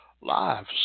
lives